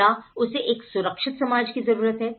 या उसे एक सुरक्षित समाज की जरूरत है